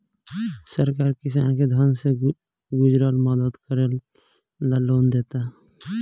सरकार किसान के धन से जुरल मदद करे ला लोन देता